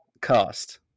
cast